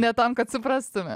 ne tam kad suprastume